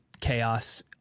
chaos